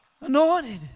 anointed